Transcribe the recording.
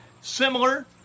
similar